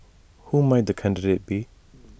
who might the candidate be